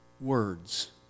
Words